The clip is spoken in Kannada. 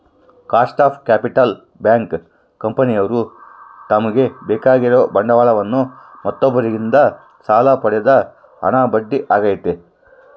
ಕಾಸ್ಟ್ ಆಫ್ ಕ್ಯಾಪಿಟಲ್ ಬ್ಯಾಂಕ್, ಕಂಪನಿಯವ್ರು ತಮಗೆ ಬೇಕಾಗಿರುವ ಬಂಡವಾಳವನ್ನು ಮತ್ತೊಬ್ಬರಿಂದ ಸಾಲ ಪಡೆದ ಹಣ ಬಡ್ಡಿ ಆಗೈತೆ